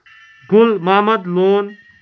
گل محمد لون